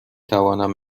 توانم